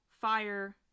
fire